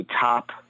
top